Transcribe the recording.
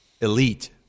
elite